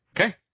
Okay